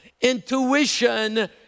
intuition